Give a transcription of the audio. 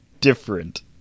different